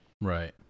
Right